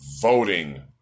voting